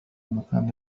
المكان